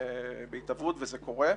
זה בהתהוות וזה קורה.